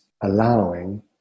allowing